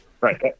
Right